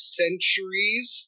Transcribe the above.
centuries